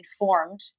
informed